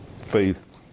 faith